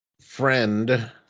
friend